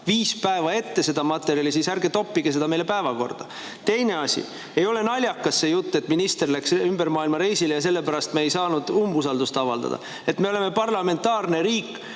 viis päeva ette saata, siis me ei topi [neid punkte] päevakorda. Teine asi: ei ole naljakas see jutt, et minister läks ümbermaailmareisile ja sellepärast me ei saanud umbusaldust avaldada. Me oleme parlamentaarne riik,